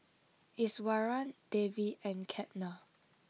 Iswaran Devi and Ketna